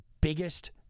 biggest